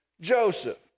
Joseph